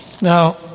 Now